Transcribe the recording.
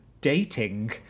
dating